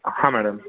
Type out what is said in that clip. हा मॅडम